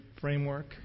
framework